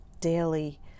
daily